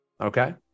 okay